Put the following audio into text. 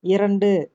இரண்டு